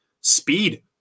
speed